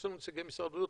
יש לנו נציגי משרד הבריאות,